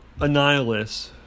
Annihilus